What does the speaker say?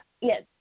Yes